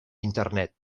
internet